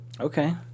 Okay